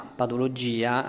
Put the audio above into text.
patologia